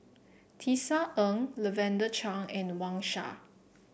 Tisa Ng Lavender Chang and Wang Sha